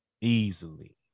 Easily